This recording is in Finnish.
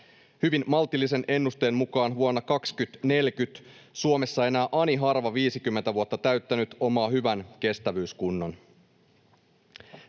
Hyvin maltillisen ennusteen mukaan vuonna 2040 Suomessa enää ani harva 50 vuotta täyttänyt omaa hyvän kestävyyskunnon.